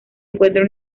encuentran